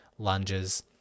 lunges